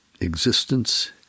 existence